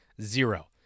Zero